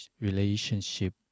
relationship